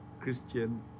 Christian